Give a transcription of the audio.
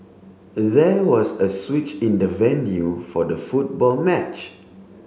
there was a switch in the venue for the football match